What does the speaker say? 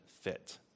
fit